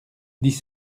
dix